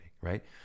right